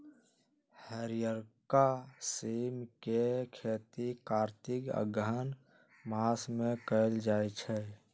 हरियरका सिम के खेती कार्तिक अगहन मास में कएल जाइ छइ